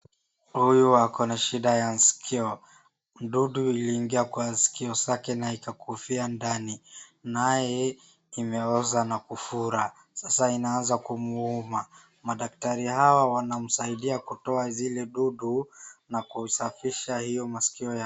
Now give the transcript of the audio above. Huyu ako na shida ya sikio. Mdudu iliingia kwa sikio zake na ikakufia ndani naye imeoza an kufura sasa inaanza kumuuma. Madaktari hawa wanamsaidia kutoa zile zile dudu na kusafisha hiyo masikio yake.